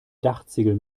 dachziegel